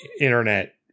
internet